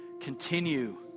continue